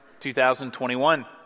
2021